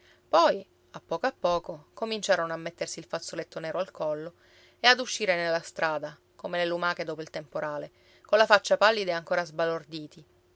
poi a poco a poco cominciarono a mettersi il fazzoletto nero al collo e ad uscire nella strada come le lumache dopo il temporale colla faccia pallida e ancora sbalorditi